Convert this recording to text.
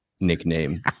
nickname